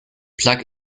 plug